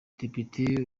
depite